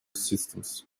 systems